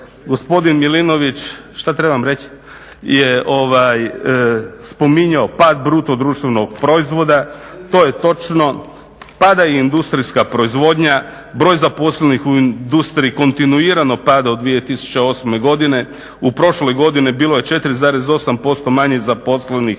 Gospodin Milinović je spominjao pad BDP-a to je točno, pada i industrijska proizvodnja, broj zaposlenih u industriji kontinuirano pada od 2008.godine. U prošloj godini bilo je 4,8% manje zaposlenih